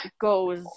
goes